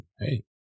hey